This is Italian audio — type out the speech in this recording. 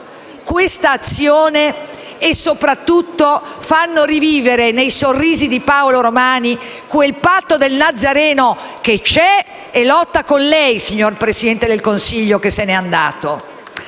questa azione e, soprattutto, fanno rivivere nei sorrisi di Paolo Romani quel patto del Nazareno che c'è e lotta con lei, signor Presidente del Consiglio, che se ne è andato.